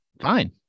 Fine